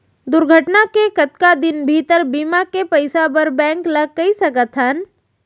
दुर्घटना के कतका दिन भीतर बीमा के पइसा बर बैंक ल कई सकथन?